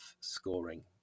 scoring